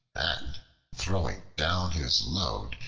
and throwing down his load,